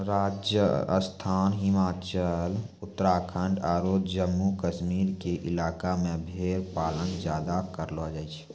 राजस्थान, हिमाचल, उत्तराखंड आरो जम्मू कश्मीर के इलाका मॅ भेड़ पालन ज्यादा करलो जाय छै